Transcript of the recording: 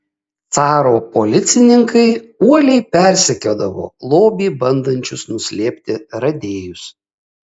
caro policininkai uoliai persekiodavo lobį bandančius nuslėpti radėjus